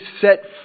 set